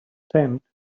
sand